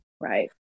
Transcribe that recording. Right